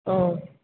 oh